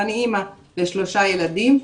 ואני אימא לשלושה ילדים,